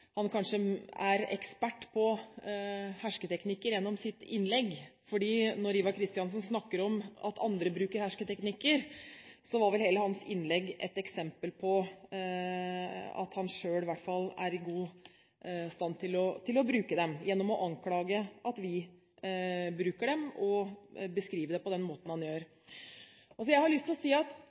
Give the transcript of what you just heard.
han kanskje er ekspert på hersketeknikker. Når Ivar Kristiansen snakker om at andre bruker hersketeknikker, var vel hele hans innlegg et eksempel på at han selv i hvert fall er i god stand til å bruke dem – gjennom å anklage at vi bruker dem, og beskrive det på den måten han gjør. Jeg har lyst til å si at